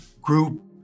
group